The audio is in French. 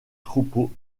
troupeau